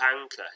anchor